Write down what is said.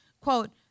quote